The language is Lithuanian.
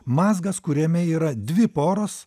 mazgas kuriame yra dvi poros